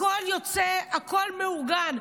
הכול יוצא, הכול מאורגן.